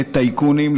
לטייקונים,